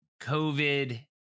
COVID